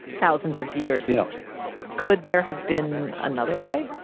thousands of years yeah could there have been another way,